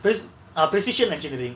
pre~ precision engineering